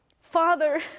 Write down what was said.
father